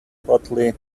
hotly